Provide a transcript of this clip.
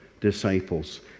disciples